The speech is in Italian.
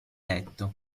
letto